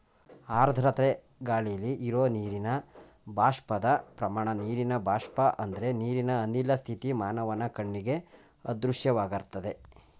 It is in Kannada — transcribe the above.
ಆರ್ದ್ರತೆ ಗಾಳಿಲಿ ಇರೋ ನೀರಿನ ಬಾಷ್ಪದ ಪ್ರಮಾಣ ನೀರಿನ ಬಾಷ್ಪ ಅಂದ್ರೆ ನೀರಿನ ಅನಿಲ ಸ್ಥಿತಿ ಮಾನವನ ಕಣ್ಣಿಗೆ ಅದೃಶ್ಯವಾಗಿರ್ತದೆ